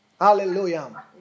Hallelujah